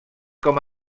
com